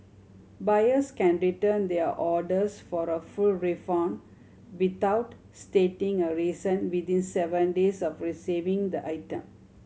buyers can return their orders for a full refund without stating a reason within seven days of receiving the item